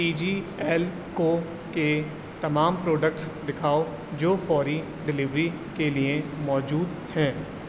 T G L کو کے تمام پروڈکٹس دکھاؤ جو فوری ڈیلیوری کے لیے موجود ہیں